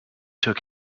took